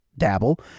dabble